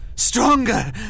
Stronger